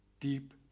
deep